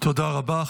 תודה רבה.